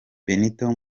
benito